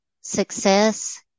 success